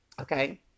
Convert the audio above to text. okay